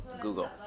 Google